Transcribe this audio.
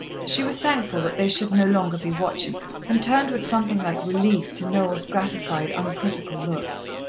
she was thankful that they should no longer be watching her, and turned with something like relief to noel's gratified, uncritical looks.